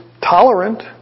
tolerant